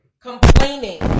complaining